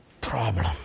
problem